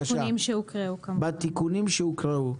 ולכן תקנה 1 מאושרת בתיקונים שהוקראו.